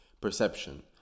perception